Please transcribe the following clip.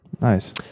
Nice